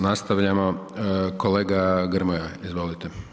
Nastavljamo, kolega Grmoja, izvolite.